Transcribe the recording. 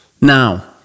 Now